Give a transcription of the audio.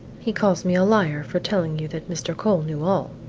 he calls me a liar for telling you that mr. cole knew all,